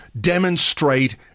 demonstrate